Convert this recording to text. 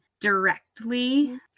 directly